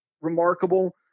remarkable